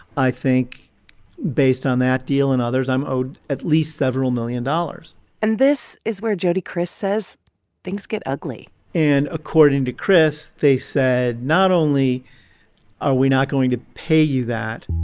i think based on that deal and others i'm owed at least several million dollars and this is where jody kriss says things get ugly and according to kriss, they said not only are we not going to pay you that,